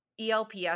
ELPS